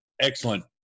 excellent